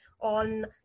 on